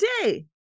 today